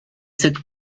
cette